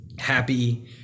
happy